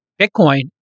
Bitcoin